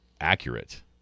accurate